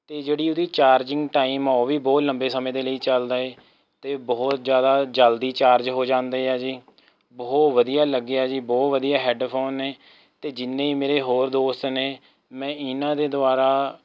ਅਤੇ ਜਿਹੜੀ ਓਹਦੀ ਚਾਰਜਿੰਗ ਟਾਈਮ ਆ ਉਹ ਵੀ ਬਹੁਤ ਲੰਬੇ ਸਮੇਂ ਦੇ ਲਈ ਚੱਲਦਾ ਏ ਅਤੇ ਬਹੁਤ ਜ਼ਿਆਦਾ ਜਲਦੀ ਚਾਰਜ ਹੋ ਜਾਂਦੇ ਆ ਜੀ ਬਹੁਤ ਵਧੀਆ ਲੱਗਿਆ ਜੀ ਬਹੁਤ ਵਧੀਆ ਹੈੱਡਫ਼ੋਨ ਨੇ ਅਤੇ ਜਿੰਨੇ ਵੀ ਮੇਰੇ ਹੋਰ ਦੋਸਤ ਨੇ ਮੈਂ ਇਹਨਾ ਦੇ ਦੁਆਰਾ